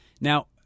Now